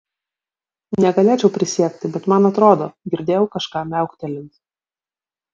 negalėčiau prisiekti bet man atrodo girdėjau kažką miauktelint